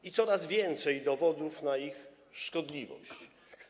Jest coraz więcej dowodów na ich szkodliwość.